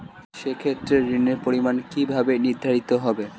সে ক্ষেত্রে ঋণের পরিমাণ কিভাবে নির্ধারিত হবে?